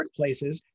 workplaces